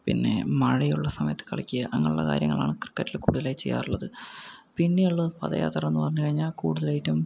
പിന്നെ മഴയുള്ള സമയത്ത് കളിക്കുക അങ്ങനെയുള്ള കാര്യങ്ങളാണ് ക്രിക്കറ്റിൽ കൂടുതലായി ചെയ്യാറുള്ളത് പിന്നെയുള്ളത് പഥയാത്രയെന്നു പറഞ്ഞു കഴിഞ്ഞാൽ കൂടുതലായിട്ടും